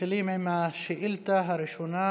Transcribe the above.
מתחילים עם השאילתה הראשונה,